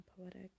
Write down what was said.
poetic